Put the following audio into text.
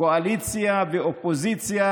קואליציה ואופוזיציה.